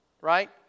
Right